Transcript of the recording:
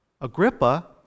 Agrippa